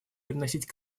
приносить